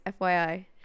FYI